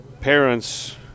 parents